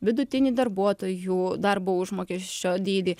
vidutinį darbuotojų darbo užmokesčio dydį